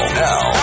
now